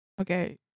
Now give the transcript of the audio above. Okay